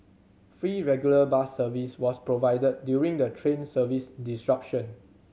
free regular bus service was provided during the train service disruption